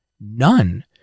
none